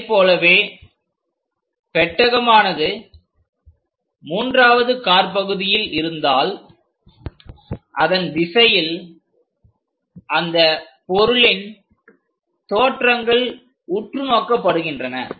அதைப் போலவே பெட்டகமானது மூன்றாவது காற்பகுதியில் இருந்தால் அதன் திசையில் அந்த பொருளின் தோற்றங்கள் உற்றுநோக்கப்படுகின்றன